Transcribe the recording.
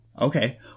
Okay